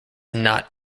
not